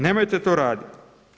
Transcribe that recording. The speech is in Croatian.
Nemojte to raditi.